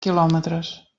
quilòmetres